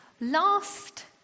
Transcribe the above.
Last